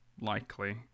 likely